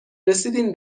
رسیدین